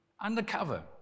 Undercover